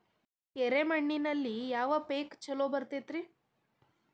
ಎರೆ ಮಣ್ಣಿನಲ್ಲಿ ಯಾವ ಪೇಕ್ ಛಲೋ ಬರತೈತ್ರಿ?